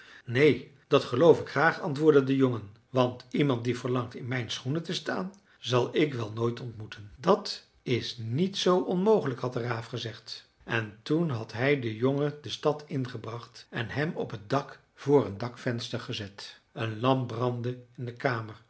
neen dat geloof ik graag antwoordde de jongen want iemand die verlangt in mijn schoenen te staan zal ik wel nooit ontmoeten dat is niet zoo onmogelijk had de raaf gezegd en toen had hij den jongen de stad ingebracht en hem op het dak voor een dakvenster gezet een lamp brandde in de kamer